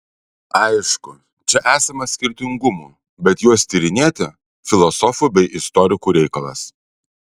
aišku čia esama skirtingumų bet juos tyrinėti filosofų bei istorikų reikalas